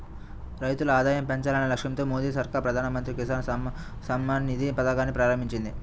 రైతుల ఆదాయం పెంచాలనే లక్ష్యంతో మోదీ సర్కార్ ప్రధాన మంత్రి కిసాన్ సమ్మాన్ నిధి పథకాన్ని ప్రారంభించింది